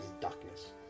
darkness